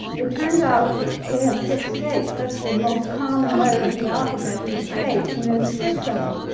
it turns out it has six states that's the most common letter of the alphabet for states and there's six of them.